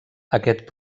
aquest